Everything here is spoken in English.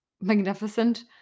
magnificent